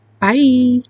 Bye